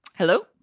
hello.